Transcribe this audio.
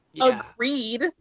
Agreed